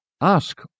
Ask